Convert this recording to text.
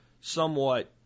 somewhat